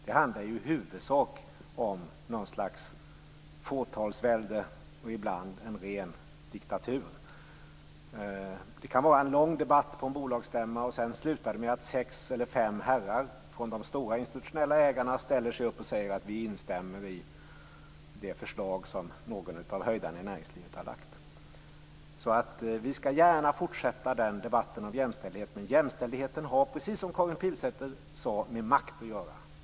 Det handlar i huvudsak om något slags fåtalsvälde och ibland om en ren diktatur. Det kan föras en lång debatt på en bolagsstämma som sedan slutar med att fem eller sex herrar från de stora institutionella ägarna ställer sig upp och säger att de instämmer i det förslag som någon av höjdarna i näringslivet har lagt fram. Jag vill gärna fortsätta debatten om jämställdhet, men jämställdhet har, precis som Karin Pilsäter sade, med makt att göra.